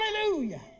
Hallelujah